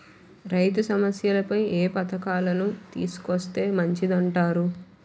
రైతు సమస్యలపై ఏ పథకాలను తీసుకొస్తే మంచిదంటారు?